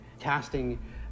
casting